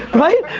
right?